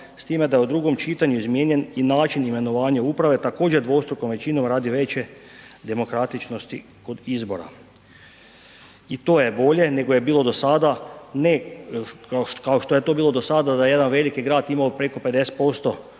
s time da je u dugom čitanju izmijenjen i način imenovanja uprave također dvostrukom većinom radi veče demokratičnosti kod izbora. I to je bolje nego je bilo dosada, ne kao što je to bilo dosada da jedan veliki grad ima preko 50%